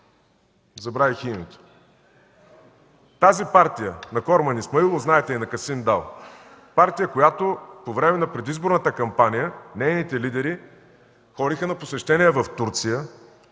(Реплики.) Тази партия на Корман Исмаилов, знаете, и на Касим Дал – партия, която по време на предизборната кампания, нейните лидери ходиха на посещение в Турция.